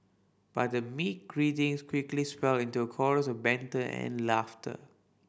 but the meek greetings quickly swelled into a chorus of banter and laughter